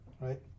right